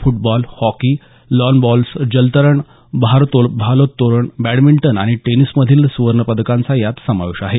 football hockey lawn balls जलतरण भारोत्तोलन badminton आणि टेनिस मधील सुवर्णपदाकांचा यात समावेश आहे